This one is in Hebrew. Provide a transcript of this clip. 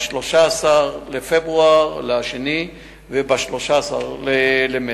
ב-13 בפברואר וב-13 במרס.